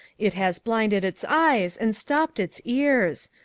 it has blinded its eyes, and stopped its ears.